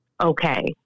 okay